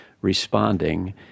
responding